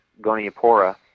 Goniapora